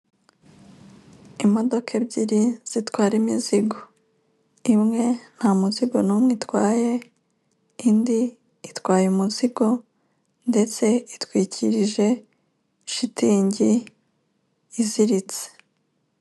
Imodoka ebyiri zitwara imizigo imwe nta muzingo n'umwe itwaye indi itwaye umuzigo ndetse itwikirije shitingi iziritse.